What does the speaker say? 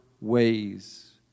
ways